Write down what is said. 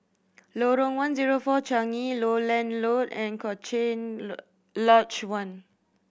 Lorong One Zero Four Changi Lowland Road and Cochrane Lodge One